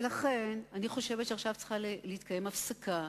ולכן, אני חושבת שעכשיו צריכה להתקיים הפסקה.